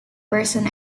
person